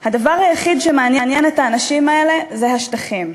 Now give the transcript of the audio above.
"הדבר היחיד שמעניין את האנשים האלה זה השטחים״.